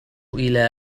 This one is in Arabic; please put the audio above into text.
إلى